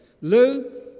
Lou